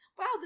wow